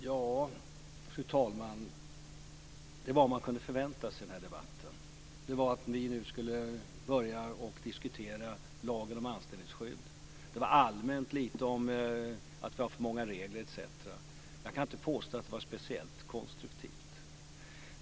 Fru talman! Att vi nu skulle börja diskutera lagen om anställningsskydd var vad man kunde förvänta sig i denna debatt. Det handlade allmänt lite grann om att vi har för många regler etc. Jag kan inte påstå att det var speciellt konstruktivt.